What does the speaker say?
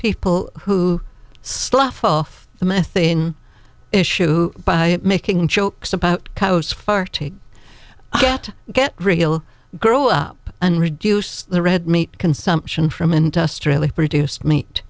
people who slough off the methane issue by making jokes about cows far to get get real grow up and reduce the red meat consumption from industrially produced meat